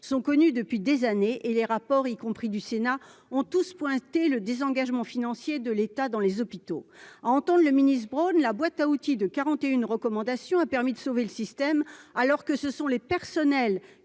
sont connus depuis des années et les rapports, y compris du Sénat ont tous pointé le désengagement financier de l'État dans les hôpitaux, entendent le ministre-Brown la boîte à outils de 41 recommandations, a permis de sauver le système alors que ce sont les personnels